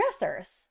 stressors